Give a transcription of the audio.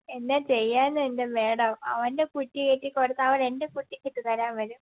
എന്നാ ചെയ്യാനാ എൻ്റെ മേഡം അവൻ്റെ പുറ്റി കയറ്റി കൊടുത്താൽ അവൻ എൻ്റെ പുറ്റിക്കിട്ട് തരാൻ വരും